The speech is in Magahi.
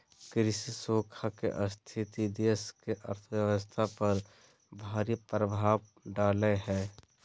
कृषि सूखा के स्थिति देश की अर्थव्यवस्था पर भारी प्रभाव डालेय हइ